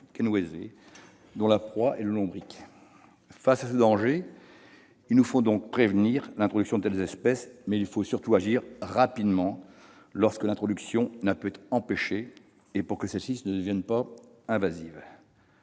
le cas du ver, dont la proie est le lombric. Face à ce danger, il faut donc prévenir l'introduction de telles espèces, mais il faut surtout agir rapidement lorsque l'introduction n'a pu être empêchée, et pour que celle-ci ne devienne pas invasive.